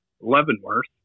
Leavenworth